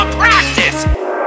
Practice